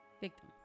victim